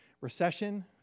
recession